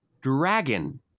Dragon